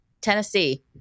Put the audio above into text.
Tennessee